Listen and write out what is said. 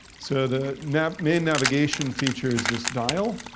so the nav, main navigation features this dial,